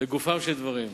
לגופם של דברים,